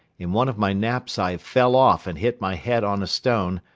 in one of my naps i fell off and hit my head on a stone,